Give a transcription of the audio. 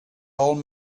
old